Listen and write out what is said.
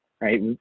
right